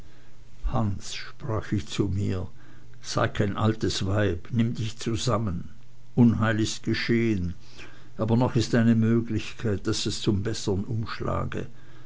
hans sprach ich zu mir sei kein altes weib nimm dich zusammen unheil ist geschehen aber noch ist eine möglichkeit daß es zum bessern umschlage